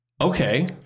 okay